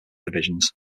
divisions